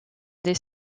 des